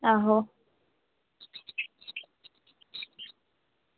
आहो